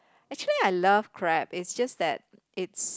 actually I love crab is just that it's